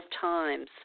times